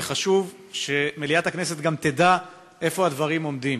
וחשוב שמליאת הכנסת גם תדע איפה הדברים עומדים.